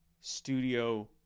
studio